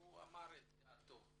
אמר את דעתו.